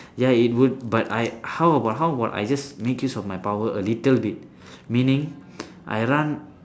ya it would but I how about how about I just make use of my power a little bit meaning I run